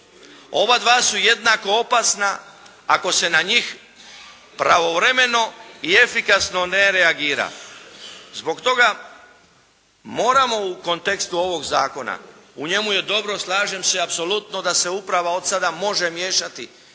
Obadva su jednako opasna ako se na njih pravovremeno i efikasno ne reagira. Zbog toga moramo u kontekstu ovog zakona. U njemu je dobro slažem se apsolutno da se uprava od sada može miješati.